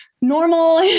normal